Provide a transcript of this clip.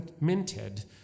minted